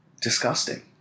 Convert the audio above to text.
disgusting